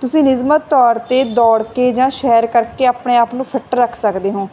ਤੁਸੀਂ ਨਿਯਮਤ ਤੌਰ 'ਤੇ ਦੌੜ ਕੇ ਜਾਂ ਸੈਰ ਕਰਕੇ ਆਪਣੇ ਆਪ ਨੂੰ ਫਿੱਟ ਰੱਖ ਸਕਦੇ ਹੋ